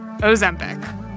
Ozempic